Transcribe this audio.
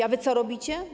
A wy co robicie?